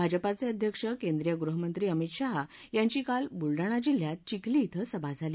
भाजपाचे अध्यक्ष केंद्रीय गृहमंत्री अमित शाह यांची काल बुलडाणा जिल्ह्यात चिखली ॐ सभा झाली